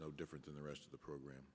no different than the rest of the program